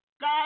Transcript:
God